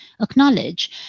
acknowledge